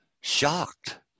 shocked